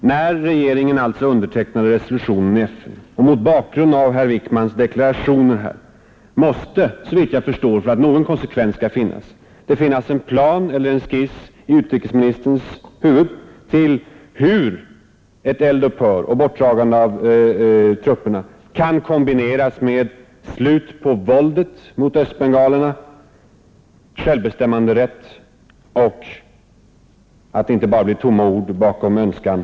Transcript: Mot bakgrund av regeringens undertecknande av FN-resolutionen och herr Wickmans deklarationer här måste det såvitt jag förstår för konsekvensens skull finnas en plan eller en skiss i utrikesministerns huvud på hur ett eld-upphör och bortdragande av trupperna kan kombineras med slut på våldet mot östbengalerna, självbestämmanderätt och möjlig het för flyktingarna att vända tillbaka till sitt land.